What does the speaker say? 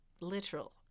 Literal